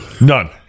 None